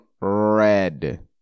red